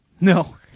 No